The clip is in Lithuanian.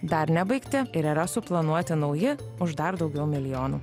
dar nebaigti ir yra suplanuoti nauji už dar daugiau milijonų